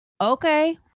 okay